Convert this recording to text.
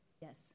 Yes